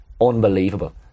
unbelievable